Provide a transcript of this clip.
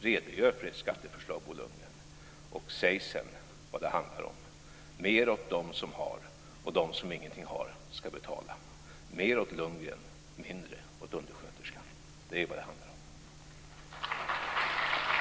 Redogör för ert skatteförslag, Bo Lundgren, och säg sedan vad det handlar om: Mer åt dem som har och de som ingenting har ska betala. Mer åt Lundgren och mindre åt undersköterskan. Det är vad det handlar om.